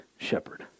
shepherd